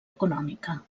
econòmica